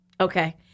Okay